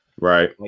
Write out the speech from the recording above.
Right